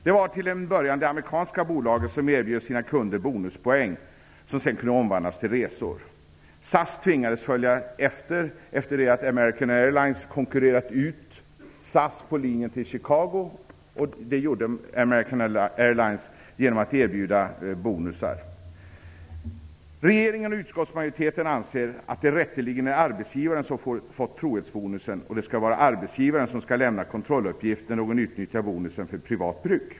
Det var till en början de amerikanska bolagen som erbjöd sina kunder bonuspoäng som sedan kunde omvandlas till resor. SAS tvingades följa efter, efter det att American Airlines genom att erbjuda bonus konkurrerat ut SAS på linjen till Chicago. Regeringen och utskottsmajoriteten anser att det rätteligen är arbetsgivaren som har fått trohetsbonusen, och att det är arbetsgivaren som skall lämna kontrolluppgift när någon utnyttjar bonusen för privat bruk.